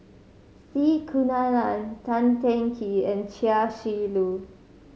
C Kunalan Tan Teng Kee and Chia Shi Lu